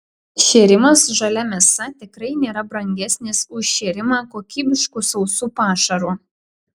šėrimas žalia mėsa tikrai nėra brangesnis už šėrimą kokybišku sausu pašaru